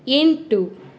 ಎಂಟು